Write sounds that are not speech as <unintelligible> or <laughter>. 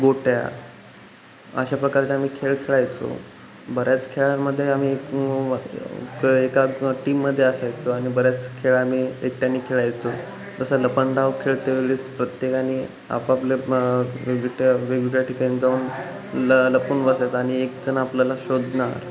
गोट्या अशा प्रकारचे आम्ही खेळ खेळायचो बऱ्याच खेळामध्ये आम्ही एक कळे एका टीममध्ये असायचो आणि बऱ्याच खेळ आम्ही एकट्याने खेळायचो जसं लपंडाव खेळते वेळेस प्रत्येकाने आपापले मग <unintelligible> वेगवेगळ्या ठिकाणी जाऊन ल लपून बसायचं आणि एकजण आपल्याला शोधणार